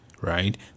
right